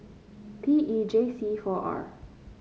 P E J C four R